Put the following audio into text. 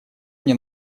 мне